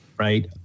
Right